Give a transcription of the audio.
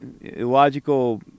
illogical